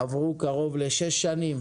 עברו קרוב לשש שנים,